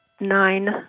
nine